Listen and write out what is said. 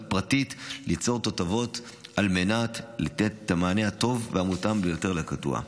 פרטית ליצור תותבות על מנת לתת את המענה הטוב והמותאם ביותר לקטוע.